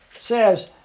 says